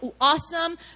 awesome